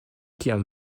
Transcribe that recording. kiam